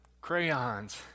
crayons